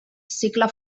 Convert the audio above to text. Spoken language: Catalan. cicle